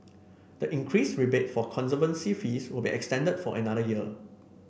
the increased rebate for conservancy fees will be extended for another year